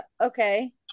Okay